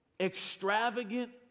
extravagant